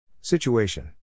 Situation